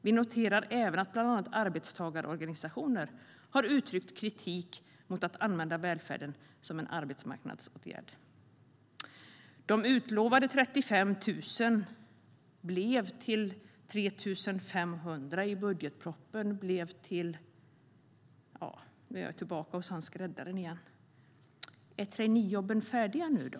Vi noterar även att bland andra arbetstagarorganisationer har uttryckt kritik mot att använda välfärden som en arbetsmarknadsåtgärd.De utlovade 35 000 blev till 3 500 i budgetpropositionen, som blev till . Nu är jag tillbaka hos skräddaren igen. Är traineejobben färdiga nu då?